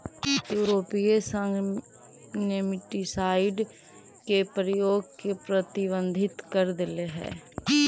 यूरोपीय संघ नेमेटीसाइड के प्रयोग के प्रतिबंधित कर देले हई